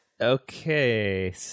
Okay